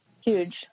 huge